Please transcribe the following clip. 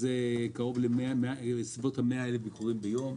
שזה בסביבות ה-100,000 ביקורים ביום.